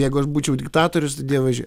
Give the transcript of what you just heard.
jeigu aš būčiau diktatorius dievaži